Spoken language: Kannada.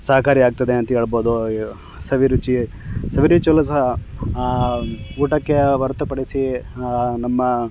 ಸಹಕಾರಿಯಾಗ್ತದೆ ಅಂತ್ಹೇಳ್ಬೋದು ಸವಿರುಚಿ ಸವಿರುಚಿಯಲ್ಲೂ ಸಹ ಊಟಕ್ಕೆ ಹೊರತುಪಡಿಸಿ ಆ ನಮ್ಮ